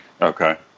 okay